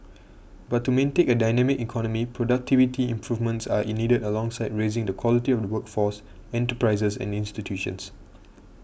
but to maintain a dynamic economy productivity improvements are needed alongside raising the quality of the workforce enterprises and institutions